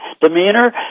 demeanor